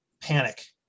panic